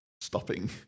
stopping